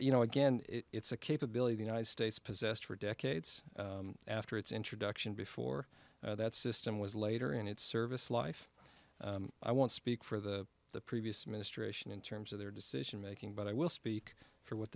you know again it's a capability the united states possessed for decades after its introduction before that system was later in its service life i want to speak for the the previous administration in terms of their decision making but i will speak for what